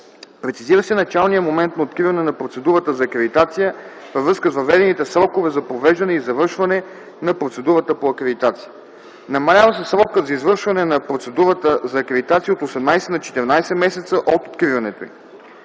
Прецизира се началният момент за откриване на процедурата за акредитация във връзка с въведените срокове за провеждане и завършване на процедурата по акредитация. Намалява се срокът за извършване на процедурата за акредитация от 18 на 14 месеца от откриването й.